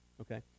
okay